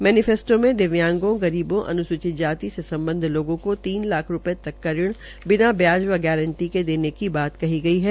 मेनिफेस्टों में दिव्यांगों गरीबों अन्सूचित जाति से सम्बध लोगों को तीन लाख रूपये तक का ऋण बिना ब्याज व गारंटी ने देने की बात की गई है